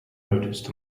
noticed